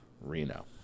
Reno